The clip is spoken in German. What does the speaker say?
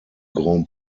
grand